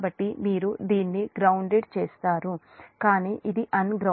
కాబట్టి మీరు దీన్ని గ్రౌన్దేడ్ చేస్తారు కానీ ఇది అన్గ్రౌండ్డ్